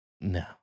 No